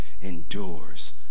endures